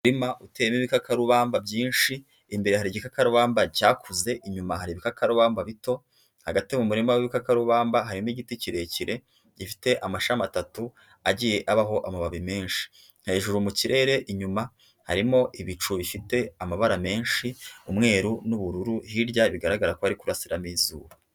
Umurima utewemo ibikakarubamba byinshi, imbere hari igikakarubamba cyakuze. Inyuma hari ibikakarubamba bito, hagati mu muririma w'ibikakarubamba hari n'igiti kirekire gifite amashami atatu, agiye abaho amababi menshi .Hejuru mu kirere inyuma harimo ibicu bifite amabara menshi umweru n'ubururu, hirya bigaragara ko hari kurasira n'izuba.